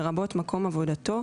לרבות מקום עבודתו,